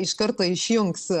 iš karto išjungs